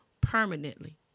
permanently